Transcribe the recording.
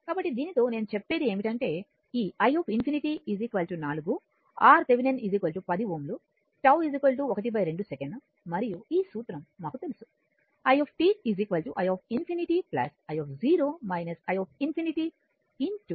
కాబట్టి దీనితో నేను చెప్పేది ఏమిటంటే ఈ i ∞ 4 RThevenin 10 Ω τ ½ సెకను మరియు ఈ సూత్రం మాకు తెలుసు i i ∞ i i ∞ e t